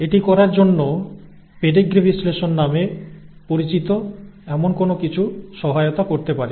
এটি করার জন্য পেডিগ্রি বিশ্লেষণ নামে পরিচিত এমন কোনও কিছু সহায়তা করতে পারে